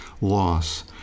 loss